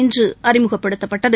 இன்று அறிமுகப்படுத்தப்பட்டது